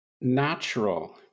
natural